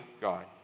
God